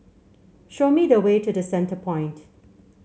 show me the way to The Centrepoint